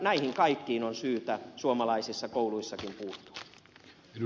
näihin kaikkiin on syytä suomalaisissa kouluissakin puuttua